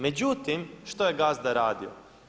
Međutim, što je gazda radio?